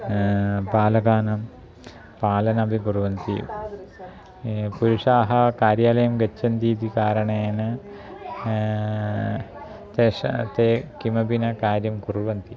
बालकानां पालनमपि कुर्वन्ति पुरुषाः कार्यालयं गच्छन्ति इति कारणेन तेषां ते किमपि न कार्यं कुर्वन्ति